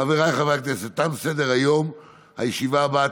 חברי הכנסת, שישה בעד,